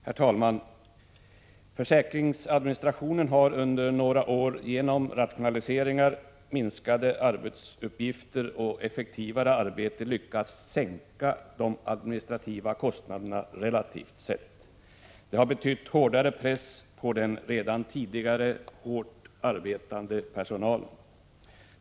Herr talman! Försäkringsadministrationen har under några år genom rationaliseringar, minskade arbetsuppgifter och effektivare arbete lyckats sänka de administrativa kostnaderna relativt sett. Det har betytt hårdare press på den redan tidigare ofta hårt arbetande personalen.